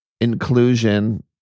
inclusion